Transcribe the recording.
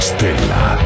Stella